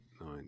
nine